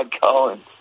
Collins